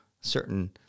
certain